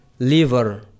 liver